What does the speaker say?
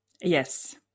yes